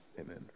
Amen